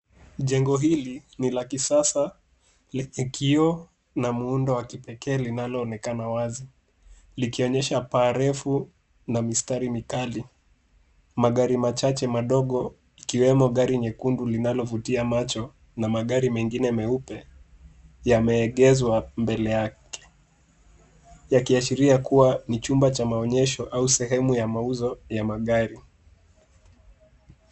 Jengo hili ni la kisasa lenye kioo na muundo wa kipekee linaloonekana wazi likionyesha paa refu na mistari mikali. Magari machache madogo ikiwemo gari nyekundu linalovutia macho na magari mengine meupe yameegeshwa mbele yake, yakiashiria kuwa ni chumba cha maonyesho au sehemu ya mauzo ya magari.